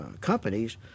companies